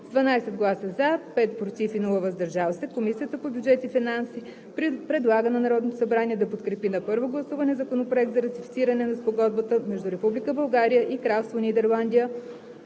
12 гласа „за“, 5 „против“ и без „въздържал се“, Комисията по бюджет и финанси предлага на Народното събрание да подкрепи на първо гласуване Законопроект за ратифициране на Спогодбата между Република България и Кралство Нидерландия